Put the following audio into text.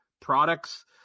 products